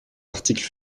articles